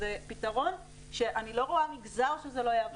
זה פתרון שאני לא רואה מגזר שזה לא יעבוד בו.